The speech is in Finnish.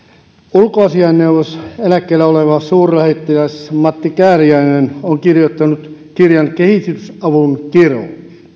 ulkoasiainneuvos eläkkeellä oleva suurlähettiläs matti kääriäinen on kirjoittanut kirjan kehitysavun kirous